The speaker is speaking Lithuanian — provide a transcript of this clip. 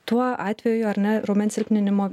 tuo atveju ar ne raumens silpninimo